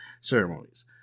ceremonies